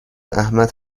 احمد